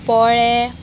पोळे